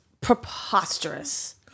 preposterous